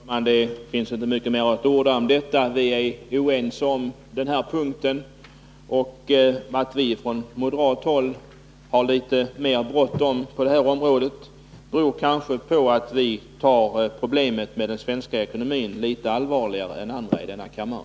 Herr talman! Det finns inte mycket mer att orda om detta. Vi är oense på den här punkten. Att vi från moderat håll har litet mera bråttom beror kanske på att vi tar problemet med den svenska ekonomin litet allvarligare än andra i denna kammare.